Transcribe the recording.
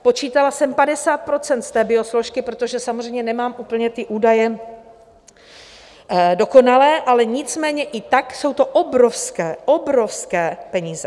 Počítala jsem 50 % z té biosložky, protože samozřejmě nemám úplně ty údaje dokonalé, nicméně i tak jsou to obrovské, obrovské peníze.